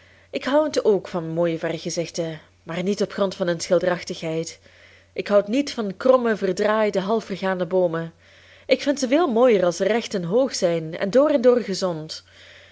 ik houd k van mooie vergezichten maar niet op grond van hun schilderachtigheid ik houd niet van kromme verdraaide half vergane boomen ik vind ze veel mooier als ze recht en hoog zijn en door en door gezond